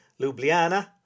Ljubljana